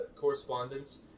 correspondence